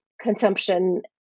consumption